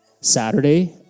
Saturday